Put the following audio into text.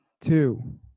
Two